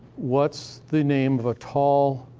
what's the name of a tall